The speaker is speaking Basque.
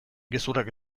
gezurrak